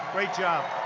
great job.